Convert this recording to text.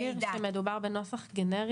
ענת, אני רק אעיר שמדובר בנוסח גנרי.